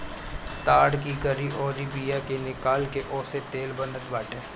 ताड़ की गरी अउरी बिया के निकाल के ओसे तेल बनत बाटे